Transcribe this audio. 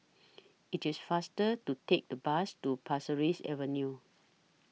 IT IS faster to Take The Bus to Pasir Ris Avenue